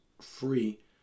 free